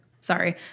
sorry